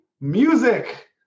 music